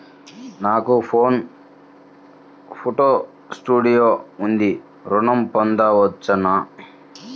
నాకు photo studio ఉంది ఋణం పొంద వచ్చునా?